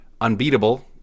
unbeatable